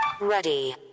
Ready